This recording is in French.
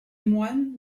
moines